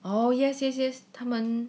oh yes yes yes 他们